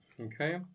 Okay